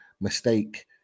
mistake